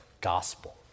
gospel